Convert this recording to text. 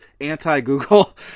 anti-Google